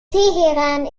teheran